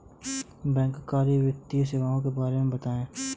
बैंककारी वित्तीय सेवाओं के बारे में बताएँ?